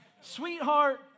sweetheart